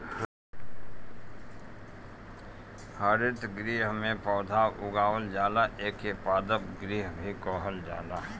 हरितगृह में पौधा उगावल जाला एके पादप गृह भी कहल जाला